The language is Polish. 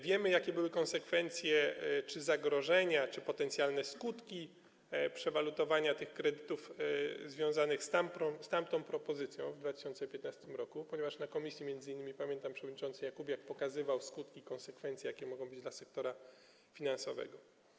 Wiemy, jakie były konsekwencje czy zagrożenia, czy potencjalne skutki przewalutowania tych kredytów związane z tamtą propozycją w 2015 r., ponieważ w komisji m.in., pamiętam, przewodniczący Jakubiak pokazywał skutki i konsekwencje, jakie mogą być dla sektora finansowego.